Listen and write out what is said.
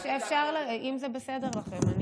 אפשר, אם זה בסדר לכם.